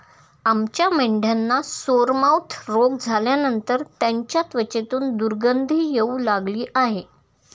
आमच्या मेंढ्यांना सोरमाउथ रोग झाल्यानंतर त्यांच्या त्वचेतून दुर्गंधी येऊ लागली आहे